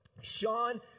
Sean